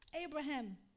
Abraham